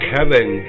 Kevin